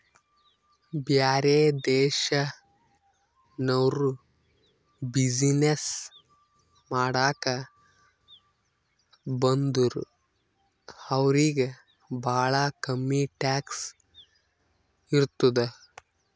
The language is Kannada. ಬ್ಯಾರೆ ದೇಶನವ್ರು ಬಿಸಿನ್ನೆಸ್ ಮಾಡಾಕ ಬಂದುರ್ ಅವ್ರಿಗ ಭಾಳ ಕಮ್ಮಿ ಟ್ಯಾಕ್ಸ್ ಇರ್ತುದ್